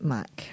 Mac